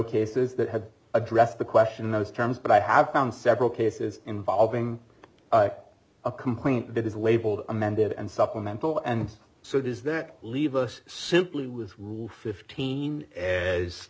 cases that have addressed the question in those terms but i have found several cases involving a complaint that is labeled amended and supplemental and so does that leave us simply was rule fifteen